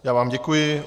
Já vám děkuji.